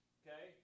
okay